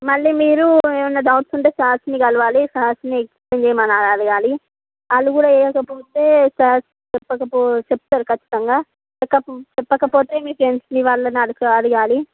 మళ్ళీ మీరూ ఏమన్నా డౌట్స్ ఉంటే సార్స్ని కలవాలి సార్స్ని ఎక్స్ప్లయిన్ చేయమని అడగాలి వాళ్ళు కూడా ఏం చెప్పకపోతే సార్స్ చెప్పకపో చెప్తారు ఖచ్చితంగా చెక చెప్పకపోతే ఫ్రెండ్స్ మీ వాళ్ళని అడగాలి